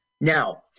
Now